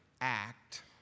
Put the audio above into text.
act